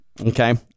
okay